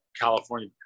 California